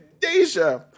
Deja